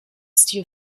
stil